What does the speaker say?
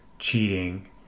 cheating